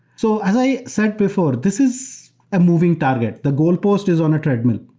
so as i said before, this is a moving target. the goal post is on a treadmill,